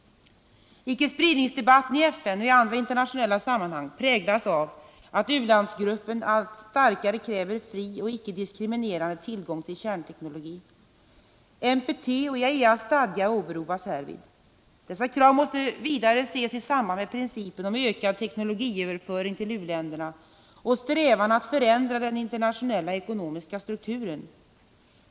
Icke-spridningsdebatten i FN och i andra internationella sammanhang präglas av att u-landsgruppen allt starkare kräver fri och icke-diskriminerande tillgång till kärnteknologi. NPT och IAEA:s stadga åberopas härvid. Dessa krav måste vidare ses i samband med principen om ökad teknologiöverföring till u-länderna och strävan att förändra den internationella ekonomiska strukturen.